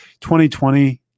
2020